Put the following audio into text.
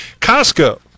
Costco